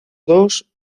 dos